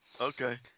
Okay